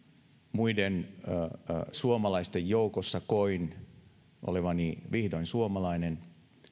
muiden suomalaisten joukossa koin olevani vihdoin suomalainen